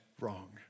wrong